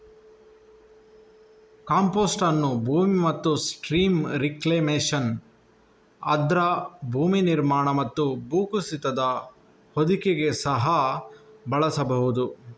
compost ಅನ್ನು ಭೂಮಿ ಮತ್ತು ಸ್ಟ್ರೀಮ್ ರಿಕ್ಲೇಮೇಶನ್, ಆರ್ದ್ರ ಭೂಮಿ ನಿರ್ಮಾಣ ಮತ್ತು ಭೂಕುಸಿತದ ಹೊದಿಕೆಗೆ ಸಹ ಬಳಸಬಹುದು